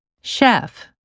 Chef